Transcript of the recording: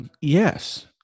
Yes